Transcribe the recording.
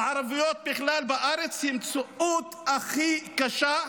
הערביות בכלל בארץ היא המציאות הכי קשה.